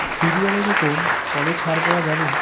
সিরিয়ালের ওপর কবে ছাড় পাওয়া যাবে